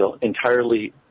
entirely